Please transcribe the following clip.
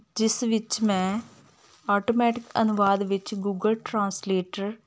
ਜਿਸ ਵਿੱਚ ਮੈਂ ਆਟੋਮੈਟਿਕ ਅਨੁਵਾਦ ਵਿੱਚ ਗੂਗਲ ਟਰਾਂਸਲੇਟਰ